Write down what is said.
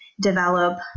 develop